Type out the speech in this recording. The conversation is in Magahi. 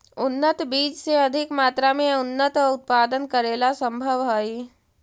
उन्नत बीज से अधिक मात्रा में अन्नन उत्पादन करेला सम्भव हइ